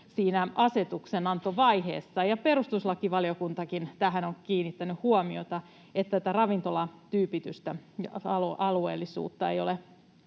asetuksenantovaiheessa. Perustuslakivaliokuntakin on kiinnittänyt huomiota tähän, että tätä ravintolatyypitystä ja alueellisuutta ei ole